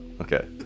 Okay